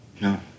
No